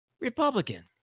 Republican